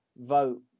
vote